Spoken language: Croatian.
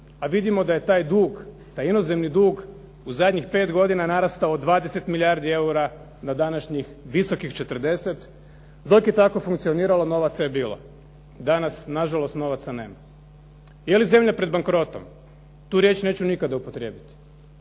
a vidimo da je taj dug, taj inozemni dug u zadnjih pet godina narastao 20 milijardi eura na današnjih visokih 40. Dok je tako funkcioniralo novaca je bilo, danas nažalost novaca nema. Je li zemlja pred bankrotom, tu riječ neću nikada upotrijebiti.